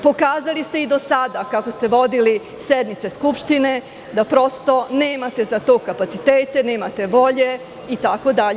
Pokazali ste i do sada kako ste vodili sednice Skupštine, da prosto nemate za to kapacitete, nemate volje itd.